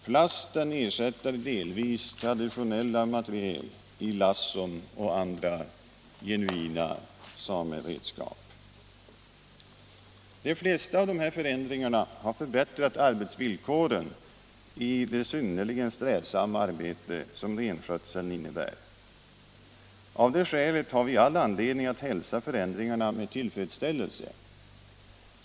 Plasten ersätter delvis traditionella materiel i lasson och andra genuina sameredskap. De flesta av dessa förändringar har förbättrat arbetsvillkoren i det synnerligen strävsamma arbete som renskötseln innebär. Av det skälet har vi all anledning att hälsa förändringarna med tillfredsställelse.